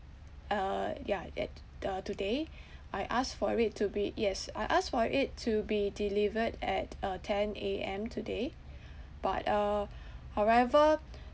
uh yeah at uh today I asked for it to be yes I asked for it to be delivered at uh ten A_M today but uh however